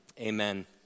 amen